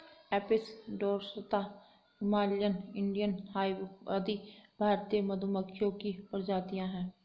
Apis dorsata, Himalayan, Indian hive आदि भारतीय मधुमक्खियों की प्रजातियां है